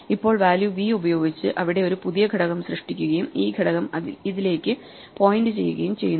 ഇപ്പോൾ value V ഉപയോഗിച്ച് ഇവിടെ ഒരു പുതിയ ഘടകം സൃഷ്ടിക്കുകയും ഈ ഘടകം ഇതിലേക്ക് പോയിന്റ് ചെയ്യുകയും ചെയ്യുന്നു